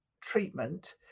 treatment